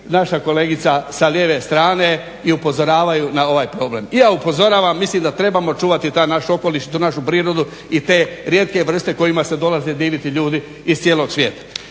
naša kolegica sa lijeve strane i upozoravaju na ovaj problem. I ja upozoravam, mislim da trebamo čuvati taj naš okoliš i tu našu prirodu i te rijetke vrste kojima se dolaze diviti ljudi iz cijelog svijeta.